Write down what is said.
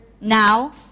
now